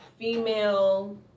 female